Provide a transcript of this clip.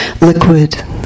Liquid